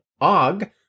Og